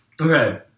Okay